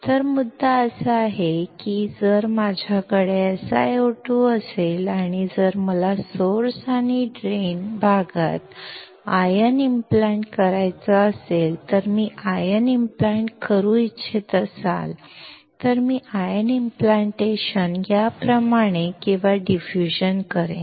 तर मुद्दा असा आहे की जर माझ्याकडे SiO2 असेल आणि जर मला सोर्स आणि ड्रेन प्रदेशात आयन इम्प्लांट करायचा असेल किंवा मी आयन इम्प्लांट करू इच्छित असाल तर मी आयन इम्प्लांटेशन याप्रमाणे किंवा डिफ्युजन करेन